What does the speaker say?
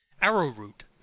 Arrowroot